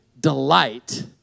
delight